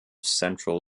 central